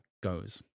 goes